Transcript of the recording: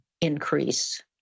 increase